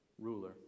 ruler